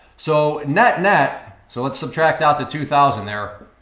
so netting that, so let's subtract out the two thousand there.